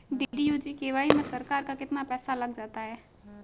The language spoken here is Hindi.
डी.डी.यू जी.के.वाई में सरकार का कितना पैसा लग जाता है?